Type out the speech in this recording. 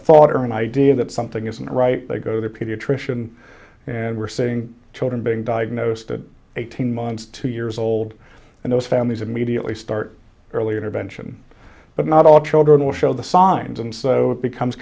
thought or an idea that something isn't right they go to a pediatrician and we're seeing children being diagnosed at eighteen months two years old and those families immediately start early intervention but not all children will show the signs and so it becomes